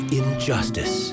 injustice